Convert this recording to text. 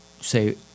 say